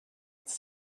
its